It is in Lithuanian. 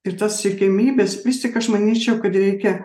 ir tas siekiamybės vis tik aš manyčiau kad reikia